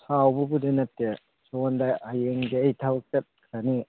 ꯁꯥꯎꯕꯕꯨꯗꯤ ꯅꯠꯇꯦ ꯁꯣꯝꯗ ꯍꯌꯦꯡꯁꯦ ꯑꯩ ꯊꯕꯛ ꯆꯠꯈ꯭ꯔꯅꯤ